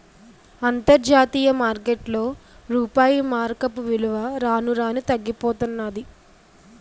అంతర్జాతీయ మార్కెట్లో రూపాయి మారకపు విలువ రాను రానూ తగ్గిపోతన్నాది